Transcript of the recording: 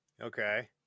Okay